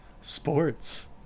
Sports